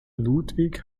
ludwig